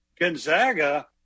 Gonzaga